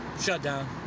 shutdown